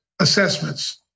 assessments